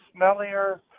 smellier